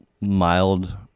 mild